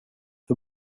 hur